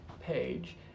page